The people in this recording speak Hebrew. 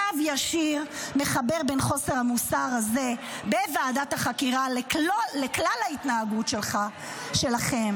קו ישיר מחבר בין חוסר המוסר הזה בוועדת החקירה לכלל ההתנהגות שלכם.